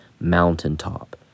mountaintop